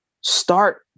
start